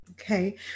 Okay